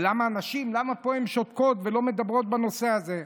הנשים, למה פה הן שותקות ולא מדברות בנושא הזה?